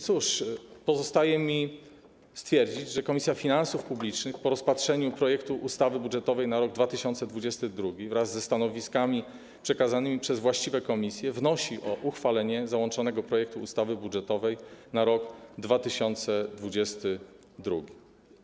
Cóż, pozostaje mi stwierdzić, że Komisja Finansów Publicznych po rozpatrzeniu projektu ustawy budżetowej na rok 2022, wraz ze stanowiskami przekazanymi przez właściwe komisje, wnosi o uchwalenie załączonego projektu ustawy budżetowej na rok 2022.